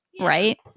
right